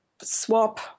swap